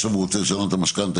עכשיו הוא רוצה לשנות את המשכנתה,